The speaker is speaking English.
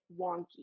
wonky